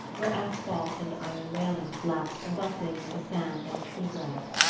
where asphalt and iron railings lapse abruptly into sand and sea-grass.